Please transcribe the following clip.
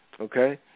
okay